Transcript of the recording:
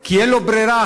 כי אין לו ברירה,